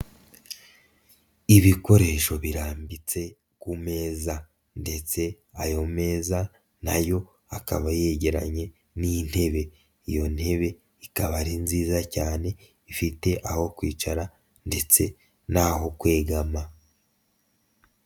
Ibikoresho birambitse ku meza, ndetse ayo meza nayo akaba yegeranye n'intebe, iyo ntebe ikaba ari nziza cyane ifite aho kwicara ndetse naho kwegama.